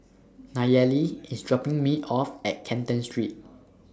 Nayeli IS dropping Me off At Canton Street